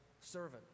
servant